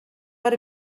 per